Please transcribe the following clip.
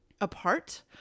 apart